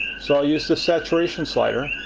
so i'll use the saturation slider.